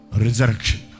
resurrection